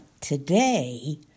Today